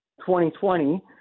2020